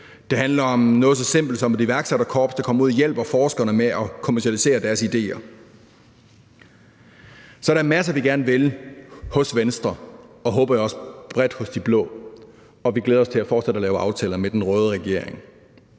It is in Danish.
Det handler om noget så simpelt som et iværksætterkorps, der kommer ud og hjælper forskerne med at kommercialisere deres idéer. Så der er en masse, vi gerne vil hos Venstre og – håber jeg også – bredt hos de blå. Og vi glæder os til fortsat at lave aftaler med den røde regering.